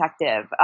detective